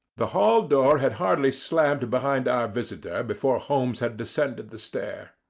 the hall door had hardly slammed behind our visitor before holmes had descended the stair.